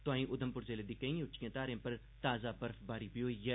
तोआई उधमपुर जिले दी केईं उच्चिएं धारें उप्पर ताजा बर्फबारी बी होई ऐ